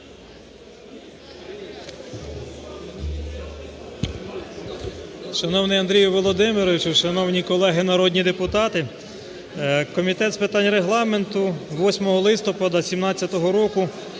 Шановний Андрію Володимировичу, шановні колеги народні депутати! Комітет з питань Регламенту 8 листопада 2017 року